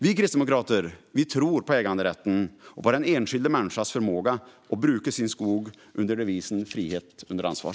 Vi kristdemokrater tror på äganderätten och den enskilda människans förmåga att bruka sin skog under devisen frihet under ansvar.